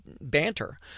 banter